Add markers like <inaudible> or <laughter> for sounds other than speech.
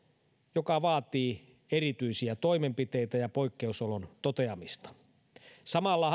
joka vaatii erityisiä toimenpiteitä ja poikkeusolojen toteamista samalla <unintelligible>